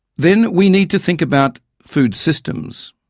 then we need to think about food systems,